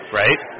right